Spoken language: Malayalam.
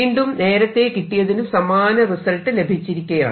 വീണ്ടും നേരത്തെ കിട്ടിയതിനു സമാന റിസൾട്ട് ലഭിച്ചിരിക്കയാണ്